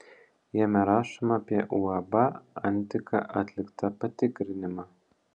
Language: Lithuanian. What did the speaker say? jame rašoma apie uab antika atliktą patikrinimą